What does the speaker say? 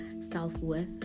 self-worth